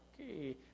okay